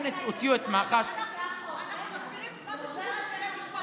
אנחנו מסבירים מה זה שיבוש הליכי משפט,